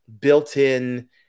built-in